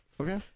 Okay